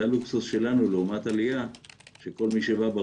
זה הלוקסוס שלנו לעומת עלייה שכל מי שבא,